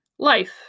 Life